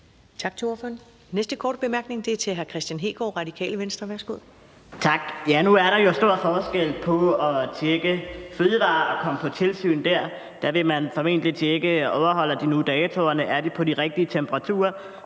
Den næste korte bemærkning er til hr. Kristian Hegaard, Radikale Venstre. Værsgo. Kl. 10:08 Kristian Hegaard (RV): Tak. Nu er der jo stor forskel på at tjekke fødevarer og komme på tilsyn der. Der vil man formentlig tjekke, om de overholder datoerne, og om de har den rigtige temperatur,